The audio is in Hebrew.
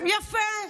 יפה.